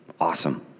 awesome